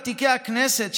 ותיקי הכנסת,